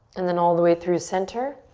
and then all the way through center.